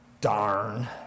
Darn